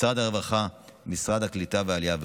משרד הרווחה, משרד הקליטה והעלייה.